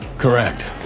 Correct